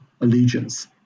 allegiance